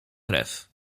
krew